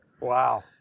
wow